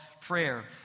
prayer